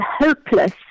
hopeless